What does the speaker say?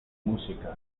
musical